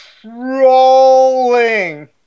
trolling